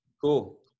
Cool